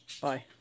Bye